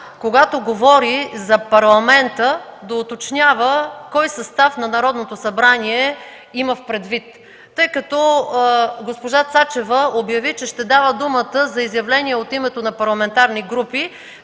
когато говори за Парламента, да уточнява кой състав на Народното събрание има предвид. Госпожа Цачева обяви, че ще дава дума за изявления от името на парламентарни групи